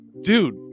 dude